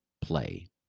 play